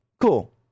cool